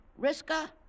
Riska